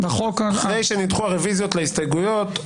אחרי שנדחו הרוויזיות להסתייגויות,